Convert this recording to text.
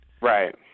right